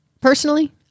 Personally